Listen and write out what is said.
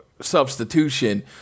substitution